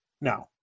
No